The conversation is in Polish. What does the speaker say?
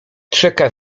czeka